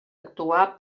actuar